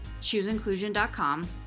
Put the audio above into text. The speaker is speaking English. chooseinclusion.com